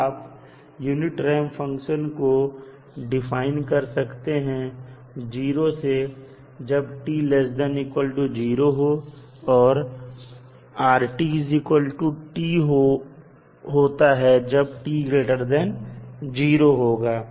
तो आप unit ramp function को डिफाइन कर सकते हैं 0 से जब t≤0 हो और rt होता है जब t0 होगा